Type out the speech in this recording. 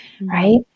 right